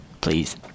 please